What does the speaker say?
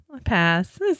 pass